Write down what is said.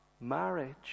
marriage